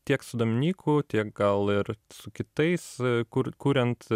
tiek su dominyku tiek gal ir su kitais kur kuriant